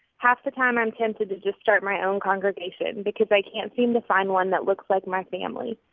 half the time, i'm tempted to just start my own congregation because i can't seem to find one that looks like my family,